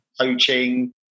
coaching